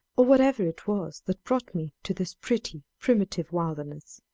or whatever it was that brought me to this pretty, primitive wilderness.